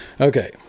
Okay